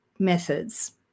methods